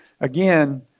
Again